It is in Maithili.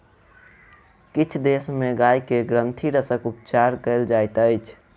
किछ देश में गाय के ग्रंथिरसक उपचार कयल जाइत अछि